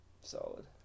solid